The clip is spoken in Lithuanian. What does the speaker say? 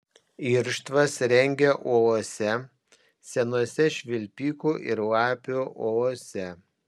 irštvas rengia uolose senose švilpikų ir lapių olose